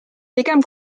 pigem